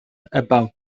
about